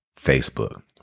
Facebook